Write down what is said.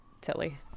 Tilly